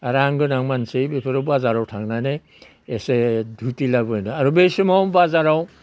रां गोनां मानसै बेफोरो बाजाराव थांनानै एसे धुथि लाबोना आरो बै समाव बाजाराव